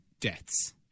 deaths